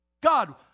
God